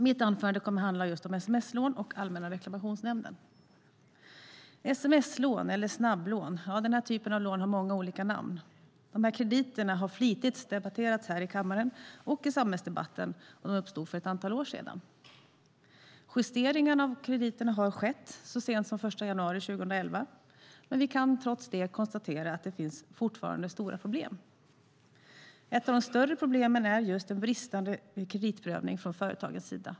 Mitt anförande kommer att handla om sms-lån och Allmänna reklamationsnämnden. Sms-lån eller snabblån - ja, den här typen av lån har många namn. Dessa krediter har flitigt debatterats här i kammaren och i samhällsdebatten sedan de uppstod för ett antal år sedan. Justeringar av krediterna har skett så sent som den 1 januari 2011, men vi kan trots det konstatera att det fortfarande finns stora problem. Ett av de större problemen är just bristande kreditprövning från företagens sida.